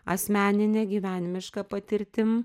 asmenine gyvenimiška patirtim